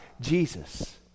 Jesus